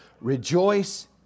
Rejoice